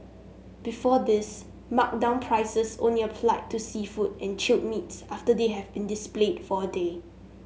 before this marked down prices only applied to seafood and chilled meats after they have been displayed for a day